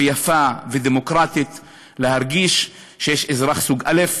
יפה ודמוקרטית להרגיש שיש אזרח סוג א',